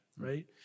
right